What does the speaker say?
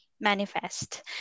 manifest